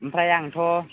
आमफ्राय आंथ'